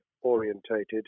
orientated